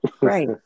Right